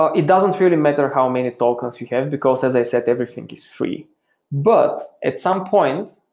ah it doesn't really matter how many tokens you have, because as i said, everything is free but at some point,